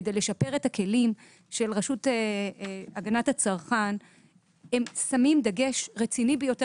כדי לשפר את הכלים של רשות הגנת הצרכן הם שמים דגש רציני ביותר,